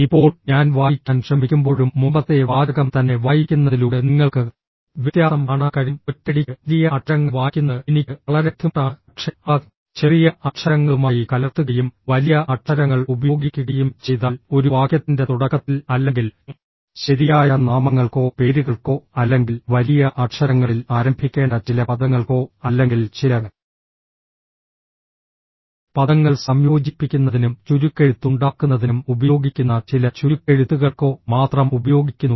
ഇപ്പോൾ ഞാൻ വായിക്കാൻ ശ്രമിക്കുമ്പോഴും മുമ്പത്തെ വാചകം തന്നെ വായിക്കുന്നതിലൂടെ നിങ്ങൾക്ക് വ്യത്യാസം കാണാൻ കഴിയും ഒറ്റയടിക്ക് വലിയ അക്ഷരങ്ങൾ വായിക്കുന്നത് എനിക്ക് വളരെ ബുദ്ധിമുട്ടാണ് പക്ഷേ അവ ചെറിയ അക്ഷരങ്ങളുമായി കലർത്തുകയും വലിയ അക്ഷരങ്ങൾ ഉപയോഗിക്കുകയും ചെയ്താൽ ഒരു വാക്യത്തിന്റെ തുടക്കത്തിൽ അല്ലെങ്കിൽ ശരിയായ നാമങ്ങൾക്കോ പേരുകൾക്കോ അല്ലെങ്കിൽ വലിയ അക്ഷരങ്ങളിൽ ആരംഭിക്കേണ്ട ചില പദങ്ങൾക്കോ അല്ലെങ്കിൽ ചില പദങ്ങൾ സംയോജിപ്പിക്കുന്നതിനും ചുരുക്കെഴുത്ത് ഉണ്ടാക്കുന്നതിനും ഉപയോഗിക്കുന്ന ചില ചുരുക്കെഴുത്തുകൾക്കോ മാത്രം ഉപയോഗിക്കുന്നു